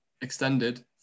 extended